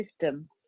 system